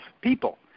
people